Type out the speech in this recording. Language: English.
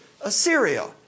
Assyria